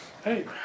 Hey